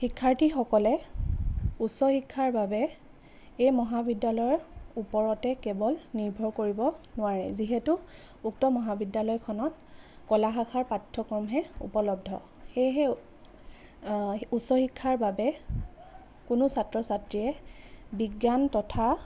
শিক্ষাৰ্থীসকলে উচ্চ শিক্ষাৰ বাবে এই মহাবিদ্যালয়ৰ ওপৰতে কেৱল নিৰ্ভৰ কৰিব নোৱাৰে যিহেতু উক্ত মহাবিদ্যালয়খনত ক'লা শাখাৰ পাঠ্যক্ৰমহে উপলব্ধ সেয়েহে উচ্চ শিক্ষাৰ বাবে কোনো ছাত্ৰ ছাত্ৰীয়ে বিজ্ঞান তথা